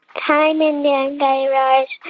hi, mindy and guy raz.